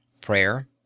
Prayer